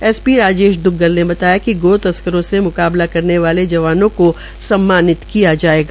S P Rajesh Duggal ने बताया कि गो संरक्षण तस्करों से मुकाबला करने वाले जवानों को सम्मानित किया जायेगा